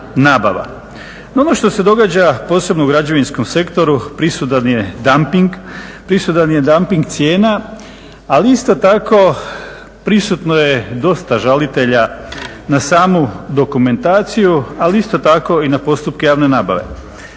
ono što se događa posebno u građevinskom sektoru prisutan je damping, prisutan je damping cijena. Ali isto tako prisutno je dosta žalitelja na samu dokumentaciju, ali isto tako i na postupke javne nabave.